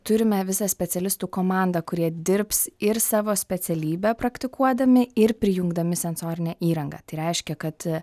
turime visą specialistų komandą kurie dirbs ir savo specialybę praktikuodami ir prijungdami sensorinę įrangą tai reiškia kad